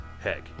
Heck